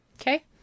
Okay